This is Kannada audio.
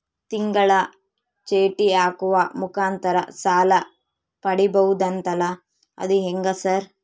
ತಿಂಗಳ ಚೇಟಿ ಹಾಕುವ ಮುಖಾಂತರ ಸಾಲ ಪಡಿಬಹುದಂತಲ ಅದು ಹೆಂಗ ಸರ್?